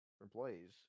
employees